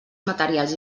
materials